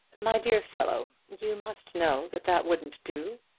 my dear fellow, you must know that that wouldn't do.